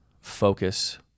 focus